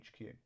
HQ